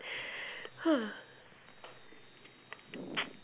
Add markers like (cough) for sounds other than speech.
(noise)